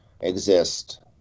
exist